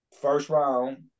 first-round